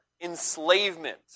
enslavement